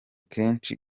kenshi